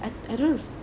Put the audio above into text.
I I don't